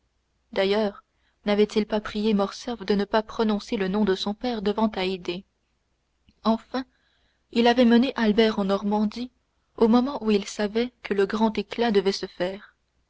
d'ailleurs n'avait-il pas prié morcerf de ne pas prononcer le nom de son père devant haydée enfin il avait mené albert en normandie au moment où il savait que le grand éclat devait se faire